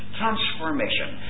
transformation